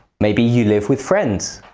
maybe you live with friends.